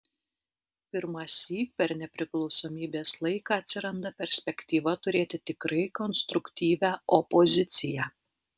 pirmąsyk per nepriklausomybės laiką atsiranda perspektyva turėti tikrai konstruktyvią opoziciją